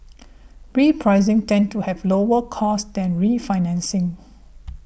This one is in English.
repricing tends to have lower costs than refinancing